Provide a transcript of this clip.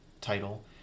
title